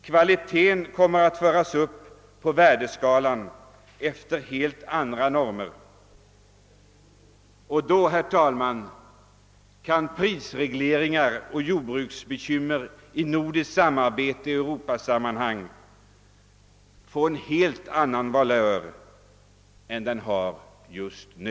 Kvaliteten kommer att föras upp på värdeskalan efter helt andra normer och då, herr talman, kan prisregleringar och jordbruksbekymmer i nordiskt samarbete och i Europasammanhang få en helt annan valör än de har just nu.